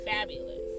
fabulous